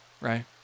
right